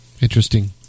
Interesting